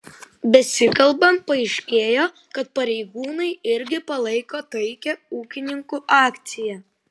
besikalbant paaiškėjo kad pareigūnai irgi palaiko taikią ūkininkų akciją